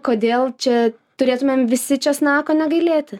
kodėl čia turėtumėm visi česnako negailėti